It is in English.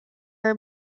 are